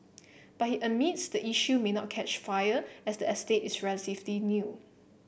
but he admits the issue may not catch fire as the estate is relatively new